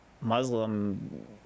Muslim